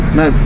no